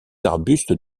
arbustes